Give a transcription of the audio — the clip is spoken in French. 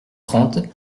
trente